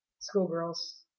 schoolgirls